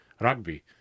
rugby